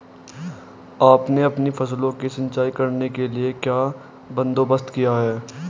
आपने अपनी फसलों की सिंचाई करने के लिए क्या बंदोबस्त किए है